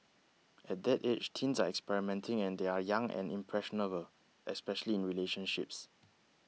at that age teens are experimenting and they are young and impressionable especially in relationships